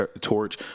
torch